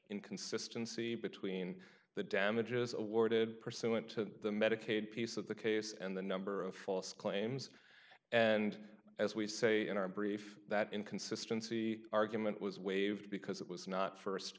inconsistency between the damages awarded pursuant to the medicaid piece of the case and the number of false claims and as we say in our brief that inconsistency argument was waived because it was not